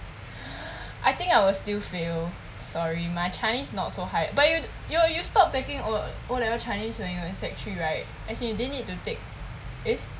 I think I will still fail sorry my chinese not so high but you you you stopped taking O O level chinese when you were in sec three right as in you didn't need to take eh